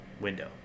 window